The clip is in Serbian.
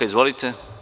Izvolite.